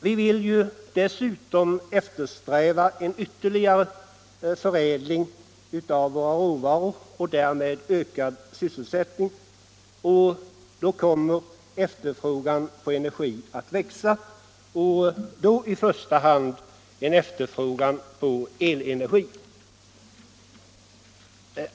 Vi vill dessutom eftersträva en ytterligare förädling av våra råvaror och därmed ökad sysselsättning. Då kommer efterfrågan på energi att växa, i första hand vad gäller elenergi.